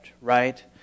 right